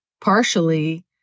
partially